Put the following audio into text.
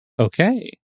Okay